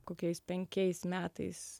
kokiais penkiais metais